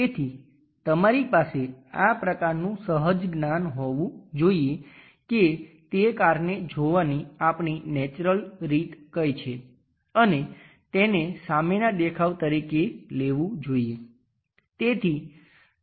તેથી તમારી પાસે આ પ્રકારનું સહજ જ્ઞાન હોવું જોઈએ કે તે કારને જોવાની આપણી નેચરલ રીત કઈ છે અને તેને સામેના દેખાવ તરીકે લેવું જોઈએ